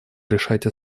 решать